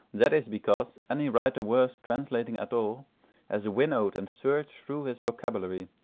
that is because any writer worth translating at all has winnowed and searched through his vocabulary,